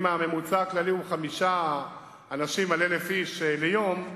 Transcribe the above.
אם הממוצע הכללי הוא חמישה אנשים על 1,000 איש ליום,